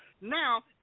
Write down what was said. now